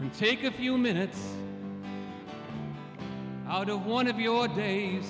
and take a few minutes out of one of your day